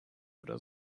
oder